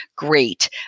great